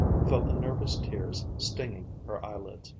felt the nervous tears stinging her eyelids.